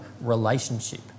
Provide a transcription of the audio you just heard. relationship